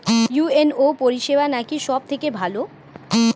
UNO পরিসেবা নাকি সব থেকে ভালো?